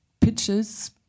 pitches